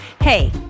Hey